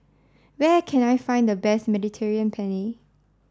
where can I find the best Mediterranean Penne